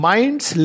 Minds